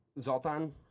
Zoltan